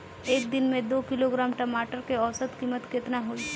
एक दिन में दो किलोग्राम टमाटर के औसत कीमत केतना होइ?